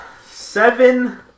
seven